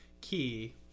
key